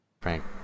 Frank